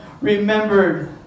remembered